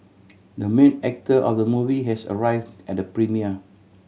the main actor of the movie has arrived at the premiere